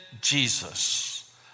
Jesus